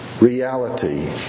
reality